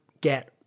get